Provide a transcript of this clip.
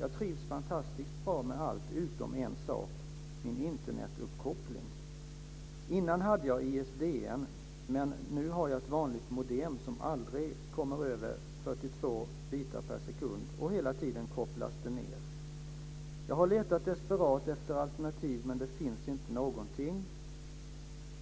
Jag trivs fantastiskt bra med allt utom en sak - min Internetuppkoppling. Innan hade jag ISDN. Nu har jag ett vanligt modem som aldrig kommer över 42 bitar per sekund och hela tiden kopplas ned. Jag har letat desperat efter alternativ, men det finns inte någonting.